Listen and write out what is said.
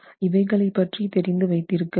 இவைகள் பற்றி தெரிந்து வைத்திருக்க வேண்டும்